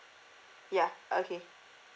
yeah okay